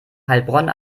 heilbronn